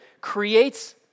creates